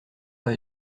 pas